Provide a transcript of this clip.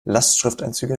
lastschrifteinzüge